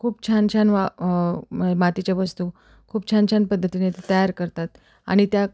खूप छान छान वा मातीच्या वस्तू खूप छान छान पद्धतीने तयार करतात आणि त्या